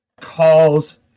calls